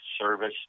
service